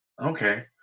okay